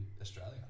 Australia